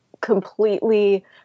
completely